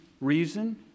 reason